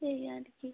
এই আর কি